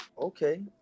Okay